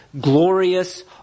glorious